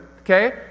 okay